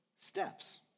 steps